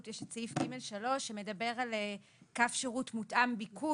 יש את סעיף (ג3) שמדבר על קו שירות מותאם ביקוש,